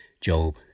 Job